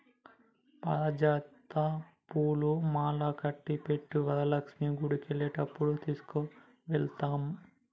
పారిజాత పూలు మాలకట్టి పెట్టు వరలక్ష్మి గుడికెళ్లేటప్పుడు తీసుకెళదాము